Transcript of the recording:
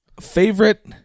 favorite